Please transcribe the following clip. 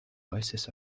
voices